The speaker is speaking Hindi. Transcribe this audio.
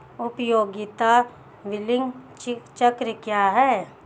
उपयोगिता बिलिंग चक्र क्या है?